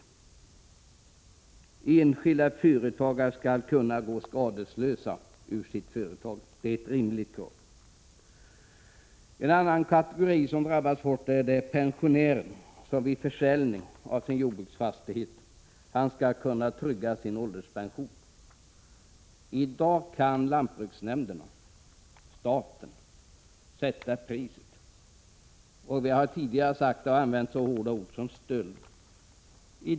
Vi menar att enskilda företagare skall kunna gå skadeslösa ur sitt företag. Det är ett rimligt krav. En annan kategori som drabbas hårt är de pensionärer som vid försäljning av jordbruksfastighet skall kunna trygga sin ålderspension. I dag kan lantbruksnämnderna, staten, sätta priset. Vi har tidigare använt så hårda ord som stöld om detta.